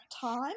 time